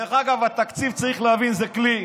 דרך אגב, התקציב, צריך להבין, זה כלי,